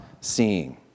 seeing